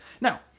Now